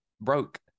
broke